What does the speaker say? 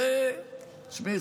תשמעי,